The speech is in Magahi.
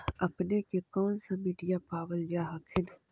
अपने के कौन सा मिट्टीया पाबल जा हखिन?